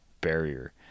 Barrier